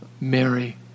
Mary